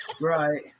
Right